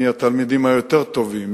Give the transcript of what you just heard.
מי התלמידים היותר טובים,